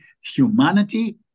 humanity